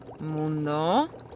Mundo